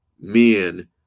men